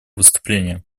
выступление